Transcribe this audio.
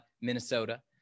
Minnesota